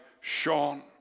shone